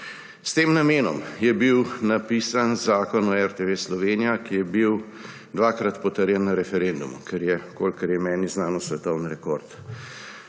S tem namenom je bil napisan Zakon o RTV Slovenija, ki je bil dvakrat potrjen na referendumu, kar je, kolikor je meni znano, svetovni rekord.